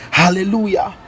hallelujah